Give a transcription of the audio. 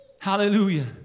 Hallelujah